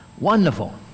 Wonderful